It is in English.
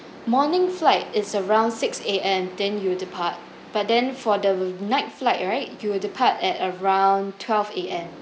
morning flight is around six A_M then you depart but then for the night flight right you will depart at around twelve A_M